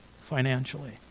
financially